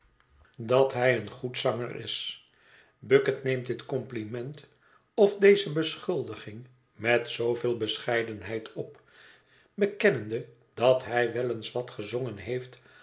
dat hij een goed zanger is bucket neemt dit compliment of deze beschuldiging met zooveel bescheidenheid op bekennende dat hij wel eens wat gezongen heeft